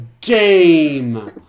game